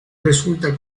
resulta